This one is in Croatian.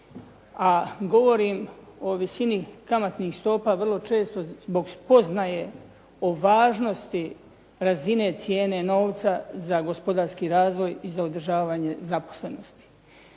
a govorim o visini kamatnih stopa vrlo često zbog spoznaje o važnosti razine cijene novca za gospodarski razvoj i za održavanje zaposlenosti.